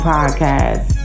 Podcast